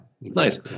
nice